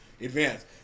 advance